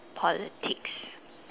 politics